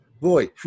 boy